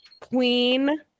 Queen